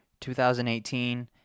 2018